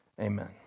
Amen